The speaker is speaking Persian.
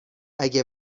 اگه